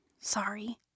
Sorry